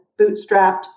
bootstrapped